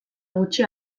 gutxi